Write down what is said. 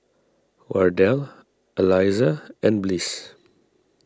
Wardell Aliza and Bliss